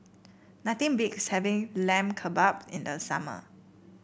nothing having Lamb Kebab in the summer